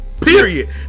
Period